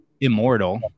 immortal